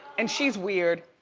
and she's weird.